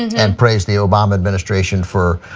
and and praised the obama administration for,